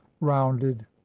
rounded